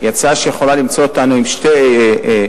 היא הצעה שיכולה למצוא אותנו עם שתי אוכלוסיות,